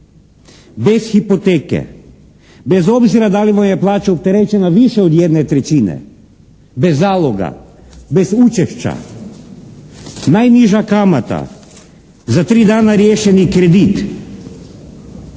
bez hipoteke bez obzira da li mu je plaća opterećena više od 1/3, bez zaloga, bez učešća. Najniža kamata, za tri dana riješeni kredit,